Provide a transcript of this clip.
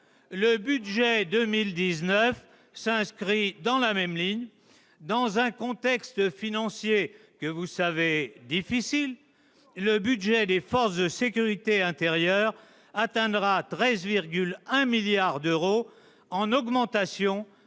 de budget pour 2019 s'inscrit dans la même ligne : dans un contexte financier que vous savez difficile, le budget des forces de sécurité intérieure atteindra 13,1 milliards d'euros, en augmentation